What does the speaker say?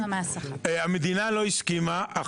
המדינה לא הסכימה.